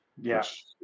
Yes